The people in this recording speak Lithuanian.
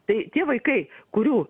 tai tie vaikai kurių